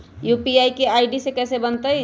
UPI के ID कैसे बनतई?